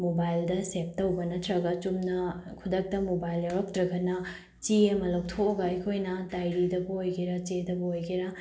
ꯃꯣꯕꯥꯏꯜꯗ ꯁꯦꯕ ꯇꯧꯕ ꯅꯠꯇ꯭ꯔꯒ ꯆꯨꯝꯅ ꯈꯨꯗꯛꯇ ꯃꯣꯕꯥꯏꯜ ꯌꯥꯎꯔꯛꯇ꯭ꯔꯒꯅ ꯆꯦ ꯑꯃ ꯂꯧꯊꯣꯛꯑꯒ ꯑꯩꯈꯣꯏꯅ ꯗꯥꯏꯔꯤꯗꯕꯨ ꯑꯣꯏꯒꯦꯔ ꯆꯦꯗꯕꯨ ꯑꯣꯏꯒꯦꯔ